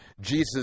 Jesus